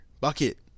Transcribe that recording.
bucket